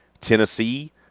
Tennessee